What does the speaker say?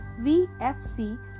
VFC